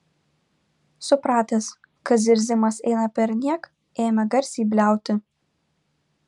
supratęs kad zirzimas eina perniek ėmė garsiai bliauti